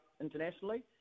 internationally